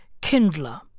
Kindler